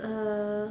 uh